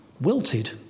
wilted